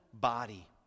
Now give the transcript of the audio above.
body